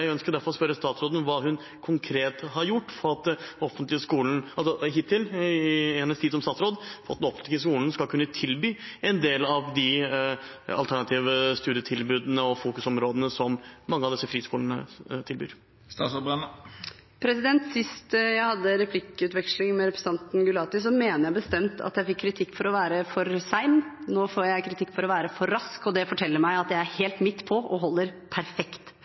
ønsker derfor å spørre statsråden hva hun konkret har gjort hittil i sin tid som statsråd for at den offentlige skolen skal kunne tilby en del av de alternative studietilbudene og fokusområdene som mange av disse friskolene tilbyr. Sist jeg hadde replikkveksling med representanten Gulati, mener jeg bestemt at jeg fikk kritikk for å være for sen. Nå får jeg kritikk for å være for rask, og det forteller meg at jeg er helt midt på og holder perfekt